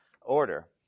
order